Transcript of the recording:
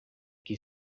que